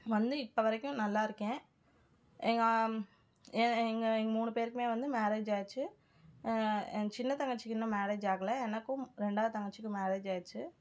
வந்து இப்போ வரைக்கும் நல்லாயிருக்கேன் எங்கள் எங்கள் எங்கள் மூணு பேருக்கும் வந்து மேரேஜ் ஆச்சு என் சின்ன தங்கச்சிக்கு இன்னும் மேரேஜ் ஆகலை எனக்கும் ரெண்டாவது தங்கச்சிக்கும் மேரேஜ் ஆயிருச்சு